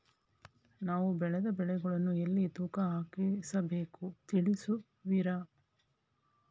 ನಾವು ಬೆಳೆದ ಬೆಳೆಗಳನ್ನು ಎಲ್ಲಿ ತೂಕ ಹಾಕಿಸಬೇಕು ತಿಳಿಸುವಿರಾ?